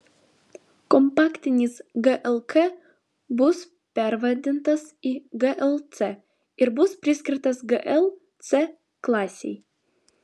kompaktinis glk bus pervadintas į glc ir bus priskirtas gl c klasei